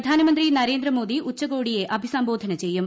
പ്രധാനമന്ത്രി നരേന്ദ്രമോദി ഉച്ചകോടിയെ അഭിസംബോധന ചെയ്യും